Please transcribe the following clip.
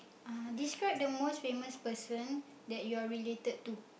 uh describe the most famous person that you are related to